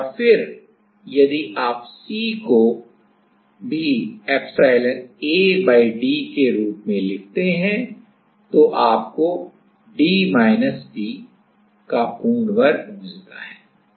और फिर यदि आप C को भी epsilon A by d के रूप में लिखते हैं तो आपको d y का पूर्ण वर्ग मिलता है